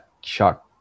shot